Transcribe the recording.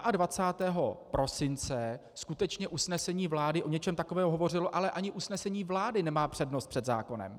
A 22. prosince skutečně usnesení vlády o něčem takovém hovořilo, ale ani usnesení vlády nemá přednost před zákonem.